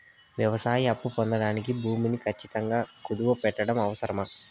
వ్యవసాయ అప్పు పొందడానికి భూమిని ఖచ్చితంగా కుదువు పెట్టడం అవసరమా?